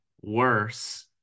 worse